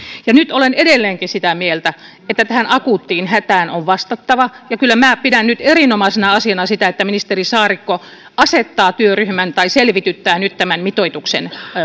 nyt olen edelleenkin sitä mieltä että tähän akuuttiin hätään on vastattava ja kyllä minä pidän erinomaisena asiana sitä että ministeri saarikko asettaa työryhmän tai selvityttää nyt tämän mitoituksen